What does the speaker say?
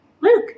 Luke